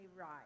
right